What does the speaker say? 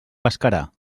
pescarà